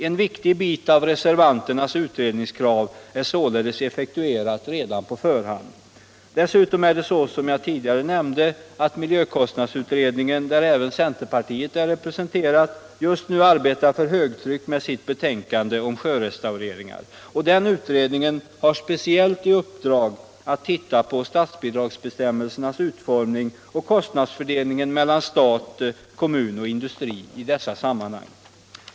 En viktig bit av reservanternas utredningskrav är således effektuerat redan på förhand. Dessutom är det så, som jag tidigare nämnt, att miljökostnadsutredningen, där även centerpartiet är representerat, just nu arbetar för högtryck med sitt betänkande om sjörestaureringar. Den utredningen har speciellt i uppdrag att titta på statsbidragsbestämmelsernas utformning och kostnadsfördelningen mellan stat, kommun och industri i dessa sammanhang.